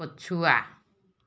ପଛୁଆ